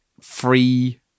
free